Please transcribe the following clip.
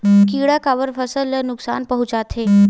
किड़ा काबर फसल ल नुकसान पहुचाथे?